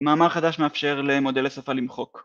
מאמר חדש מאפשר למודלי שפה למחוק